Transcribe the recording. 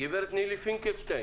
גברת נילי פינקלשטיין,